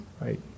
Right